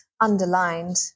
underlined